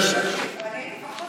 אני הייתי בחוץ,